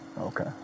Okay